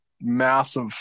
massive